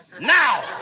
Now